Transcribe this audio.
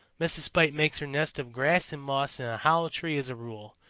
mrs. spite makes her nest of grass and moss in a hollow tree as a rule,